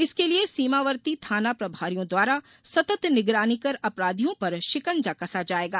इसके लिए सीमावर्ती थाना प्रभारियों द्वारा सतत निगरानी कर अपराधियों पर शिकंजा कसा जाएगा